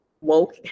woke